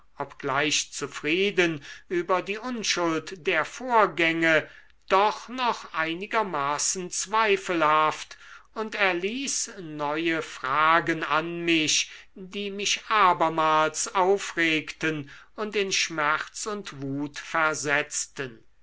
obgleich zufrieden über die unschuld der vorgänge doch noch einigermaßen zweifelhaft und erließ neue fragen an mich die mich abermals aufregten und in schmerz und wut versetzten